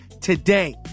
today